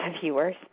viewers